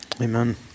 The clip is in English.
Amen